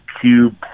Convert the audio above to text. cube